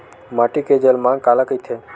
माटी के जलमांग काला कइथे?